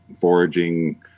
foraging